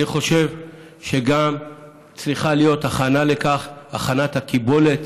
אני חושב שצריכה להיות הכנה לכך: הכנת הקיבולת,